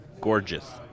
Gorgeous